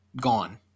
gone